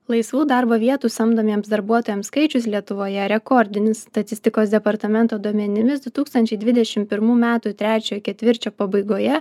laisvų darbo vietų samdomiems darbuotojams skaičius lietuvoje rekordinis statistikos departamento duomenimis du tūkstančiai dvidešim pirmų metų trečiojo ketvirčio pabaigoje